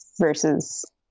versus